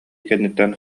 кэнниттэн